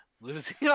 losing